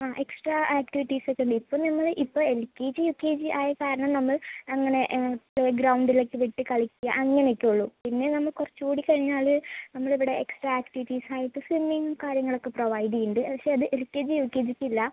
ആ extra activities ഒക്കെയുണ്ട് ഇപ്പം ഞങ്ങൾ ഇപ്പോൾ L K G U K G ആയ കാരണം നമ്മൾ അങ്ങനെ പ്ലേയ് ഗ്രൗണ്ടിലൊക്കെ വിട്ട് കളിക്കുക അങ്ങനെയൊക്കെയേ ഉള്ളൂ പിന്നെ നമ്മൾ കുറച്ചുകൂടി കഴിഞ്ഞാൽ നമ്മളിവിടെ എക്സ്ട്രാ ആക്ടിവിറ്റീസ് ആയിട്ട് സ്വിമ്മിങ്ങ് കാര്യങ്ങളൊക്കെ പ്രൊവൈഡ് ചെയ്യുന്നുണ്ട് പക്ഷെ അത് L K G U K ജിക്കില്ല